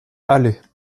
allais